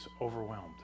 overwhelmed